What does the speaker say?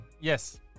Yes